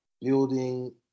building